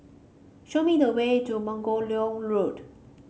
show me the way to Margoliouth Road